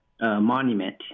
monument